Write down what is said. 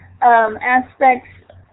aspects